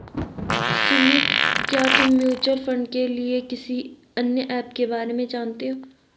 सुमित, क्या तुम mutual fund के लिए किसी अन्य ऐप के बारे में जानते हो?